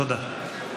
תודה.